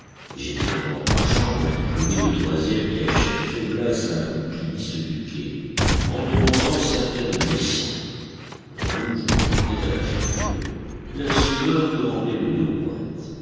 j'étais devant le marchand comme un écolier de troisième qui achète faublas à un bouquiniste du quai en demandant certaines vessies le rouge me montait à la figure la sueur me rendait le dos moite